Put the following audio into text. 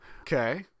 okay